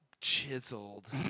chiseled